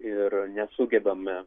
ir nesugebame